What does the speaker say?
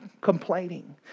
complaining